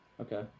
Okay